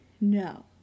No